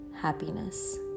happiness